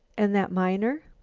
and that miner?